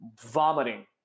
vomiting